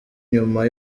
nyuma